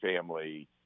family